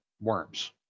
worms